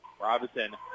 Robinson